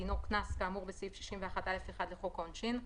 דינו קנס כאמור בסעיף 61(א)(1) לחוק העונשין,